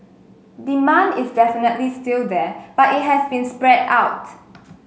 demand is definitely still there but it has been spread out